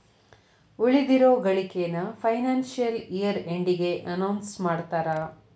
ಉಳಿದಿರೋ ಗಳಿಕೆನ financial year ಎಂಡಿಗೆ ಅನೌನ್ಸ್ ಮಾಡ್ತಾರಾ